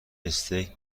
استیک